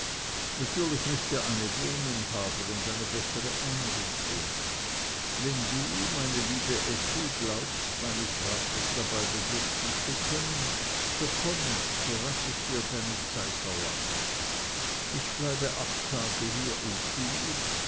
natürlich müßt ihr eine wohnung haben und eine andere einrichtung wenn du meine liebe effi glaubst meines rates dabei bedürfen zu können so komme so rasch es dir deine zeit erlaubt ich bleibe acht tage hier in kur